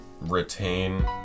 retain